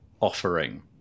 offering